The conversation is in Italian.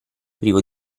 privo